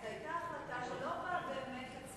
זו היתה החלטה שלא באה באמת,